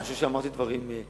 אני חושב שאמרתי דברים מלב אל לב.